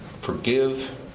forgive